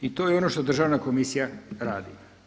I to je ono što Državna komisija radi.